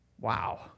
Wow